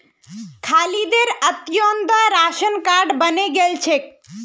खालिदेर Antyodaya ration card बने गेल छेक